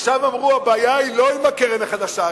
עכשיו אמרו: הבעיה היא לא עם הקרן החדשה,